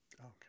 Okay